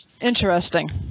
Interesting